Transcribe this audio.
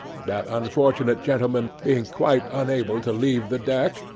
that unfortunate gentleman being quite unable to leave the deck,